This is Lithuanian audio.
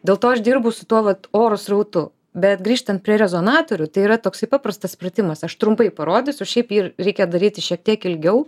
dėl to aš dirbu su tuo vat oro srautu bet grįžtant prie rezonatorių tai yra toksai paprastas pratimas aš trumpai parodysiu šiaip jį reikia daryti šiek tiek ilgiau